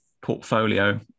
portfolio